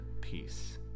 peace